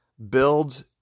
Build